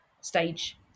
stage